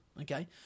okay